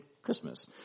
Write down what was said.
Christmas